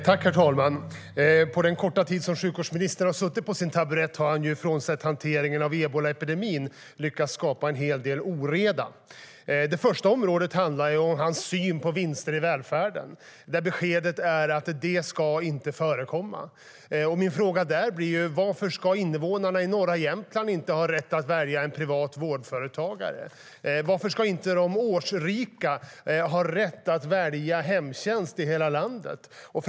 Herr talman! På den korta tid som sjukvårdsministern har suttit på sin taburett har han, frånsett hanteringen av ebolaepidemin, lyckats skapa en hel del oreda. Det första området handlar om hans syn på vinster i välfärden, där beskedet är att det inte ska förekomma. Varför ska invånarna i norra Jämtland inte ha rätt att välja en privat vårdföretagare? Varför ska inte de årsrika ha rätt att välja hemtjänst i hela landet?